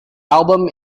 album